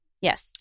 Yes